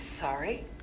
sorry